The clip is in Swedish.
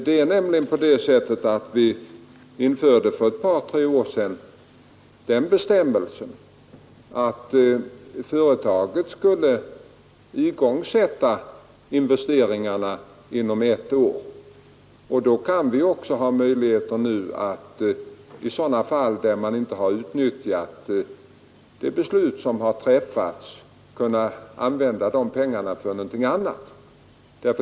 För ett par tre år sedan infördes den bestämmelsen att företaget skulle igångsätta investeringarna inom ett år. I sådana fall där man inte har utnyttjat beviljade lån har vi därför möjlighet att använda de pengarna för någonting annat.